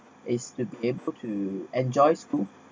is to able to enjoy school